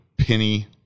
Penny